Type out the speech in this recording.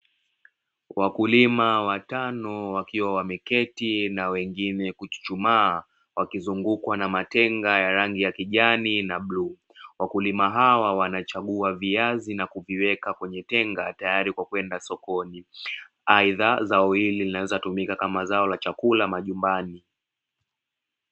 Wakulima watano wakiwa wameketi na wengine kuchuchumaa wakizungukwa na matenga ya rangi ya kijani na bluu, wakulima hawa wanachagua viazi na kuviweka kwenye tenga tayari kwa kwenda sokoni. Aidha zao hili linaweza tumika kama zao la chakula majumbani.